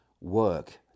work